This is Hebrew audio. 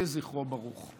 יהי זכרו ברוך.